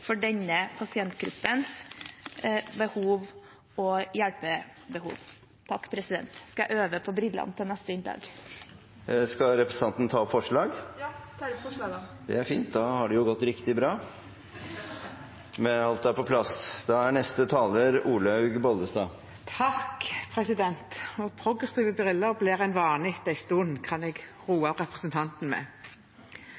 for denne pasientgruppens behov og hjelpebehov. Jeg skal øve på brillene til neste innlegg! Skal representanten ta opp forslag? Ja, jeg tar herved opp forslaget vi har fremmet sammen med Senterpartiet. Det er fint, da har det jo gått riktig bra, og alt er på plass. Representanten Ingvild Kjerkol har tatt opp det forslaget hun refererte til. – Progressive briller blir en vane etter en stund, kan jeg